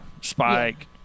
spike